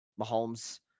Mahomes